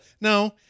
No